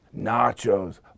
Nachos